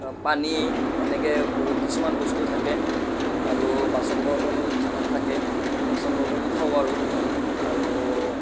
পানী এনেকৈ বহুত কিছুমান বস্তু থাকে আৰু বাচন বৰ্তনো থাকে বাচন বৰ্তনো থওঁ আৰু আৰু